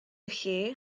lle